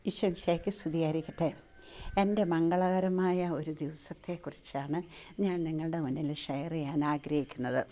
ഈശോ മിശിഹായ്ക്ക് സ്തുതി ആയിരിക്കട്ടേ എൻ്റെ മംഗളകരമായ ഒരു ദിവസത്തെ കുറിച്ചാണ് ഞാൻ നിങ്ങളുടെ മുന്നിൽ ഷെയർ ചെയ്യാൻ ആഗ്രഹിക്കുന്നത്